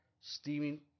Steaming